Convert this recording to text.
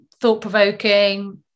thought-provoking